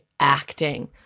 acting